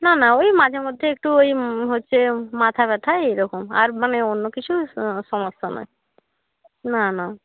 না না ওই মাঝে মধ্যে একটু ওই হচ্ছে মাথা ব্যথা এই রকম আর মানে অন্য কিছু সমস্যা নয় না না